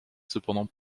cependant